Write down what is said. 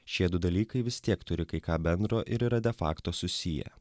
šiedu dalykai vis tiek turi kai ką bendro ir yra de fakto susiję